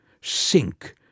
sink